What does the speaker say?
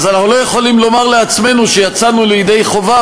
אז אנחנו לא יכולים לומר לעצמנו שיצאנו ידי חובה